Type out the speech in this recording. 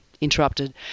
interrupted